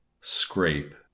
scrape